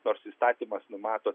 nors įstatymas numato